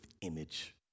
image